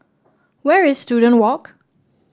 where is Student Walk